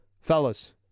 Fellas